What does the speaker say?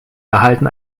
erhalten